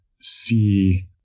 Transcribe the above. see